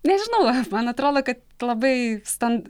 nežinau man atrodo kad labai stan